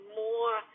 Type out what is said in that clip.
more